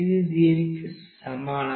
ఇది దీనికి సమానం